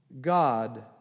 God